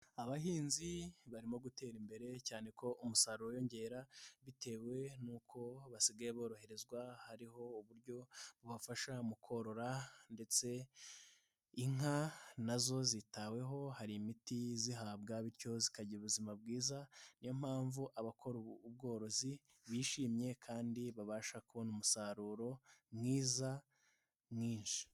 Abahinzi barimo gutera imbere cyane ko umusaruro wiyongera bitewe n'uko basigaye boroherezwa hariho uburyo bubafasha mu korora, ndetse inka nazo zitaweho hari imiti izihabwa bityo zikagira ubuzima bwiza, niyo mpamvu abakora ubworozi bishimye kandi babasha kubona umusaruro mwiza mwinshi.